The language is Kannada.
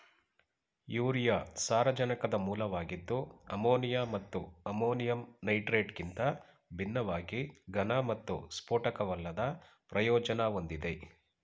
ಯೂರಿಯಾ ಸಾರಜನಕದ ಮೂಲವಾಗಿದ್ದು ಅಮೋನಿಯಾ ಮತ್ತು ಅಮೋನಿಯಂ ನೈಟ್ರೇಟ್ಗಿಂತ ಭಿನ್ನವಾಗಿ ಘನ ಮತ್ತು ಸ್ಫೋಟಕವಲ್ಲದ ಪ್ರಯೋಜನ ಹೊಂದಿದೆ